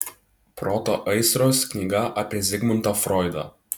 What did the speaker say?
proto aistros knyga apie zigmundą froidą